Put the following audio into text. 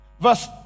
Verse